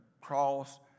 cross